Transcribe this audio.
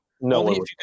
no